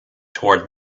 toward